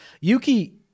Yuki